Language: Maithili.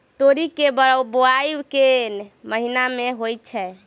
तोरी केँ बोवाई केँ महीना मे होइ छैय?